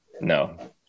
No